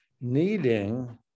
needing